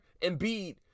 Embiid